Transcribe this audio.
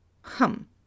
Hum